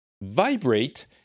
vibrate